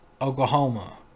Oklahoma